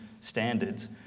standards